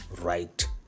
right